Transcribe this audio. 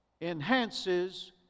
enhances